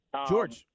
George